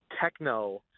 techno